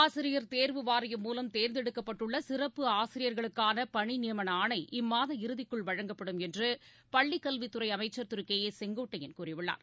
ஆசிரியர் வாரியம் மூலம் தேர்ந்தெடுக்கப்பட்டுள்ளசிறப்பு கேர்வு ஆசிரியர்களுக்கானபணிநியமனஆணை இம்மாத இறுதிக்குள் வழங்கப்படும் என்றுபள்ளிக்கல்வித்துறைஅமைச்சர் திருகே ஏ செங்கோட்டையன் கூறியுள்ளார்